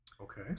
Okay